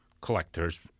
collectors